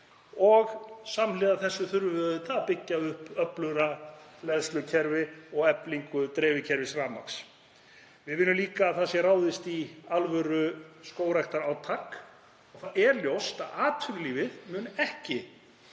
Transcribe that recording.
og samhliða þessu þurfum við að byggja upp öflugra hleðslukerfi og eflingu dreifikerfis rafmagns. Við viljum líka að það sé ráðist í alvöruskógræktarátak. Það er ljóst að atvinnulífið mun ekki